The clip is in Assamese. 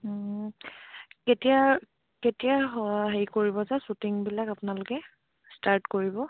কেতিয়া কেতিয়া হেৰি কৰিব যে শ্বুটিংবিলাক আপোনালোকে ষ্টাৰ্ট কৰিব